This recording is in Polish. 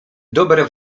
dobre